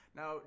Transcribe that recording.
Now